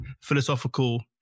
philosophical